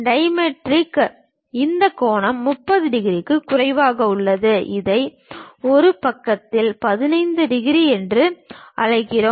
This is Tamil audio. டைமெட்ரிக்கில் இந்த கோணம் 30 டிகிரிக்கு குறைவாக உள்ளது இதை ஒரு பக்கத்தில் 15 டிகிரி என்று அழைக்கிறோம்